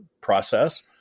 process